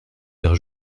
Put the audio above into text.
père